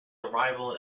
arrival